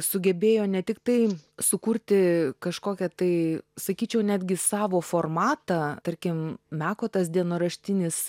sugebėjo ne tiktai sukurti kažkokią tai sakyčiau netgi savo formatą tarkim meko tas dienoraštinis